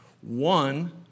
One